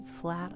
flat